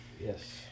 Yes